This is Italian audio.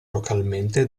localmente